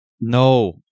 No